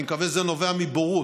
אני מקווה שזה נובע מבורות.